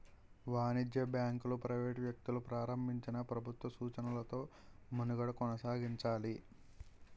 వాణిజ్య బ్యాంకులు ప్రైవేట్ వ్యక్తులు ప్రారంభించినా ప్రభుత్వ సూచనలతో మనుగడ కొనసాగించాలి